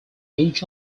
ancient